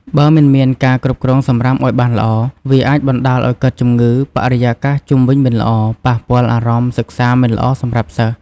បើមិនមានការគ្រប់គ្រងសំរាមឲ្យបានល្អ វាអាចបណ្តាលឲ្យកើតជំងឺ បរិយាកាសជុំវិញមិនល្អ ប៉ះពាល់អារម្មណ៍សិក្សាមិនល្អសម្រាប់សិស្ស។